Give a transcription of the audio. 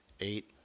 eight